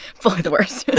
fully the worst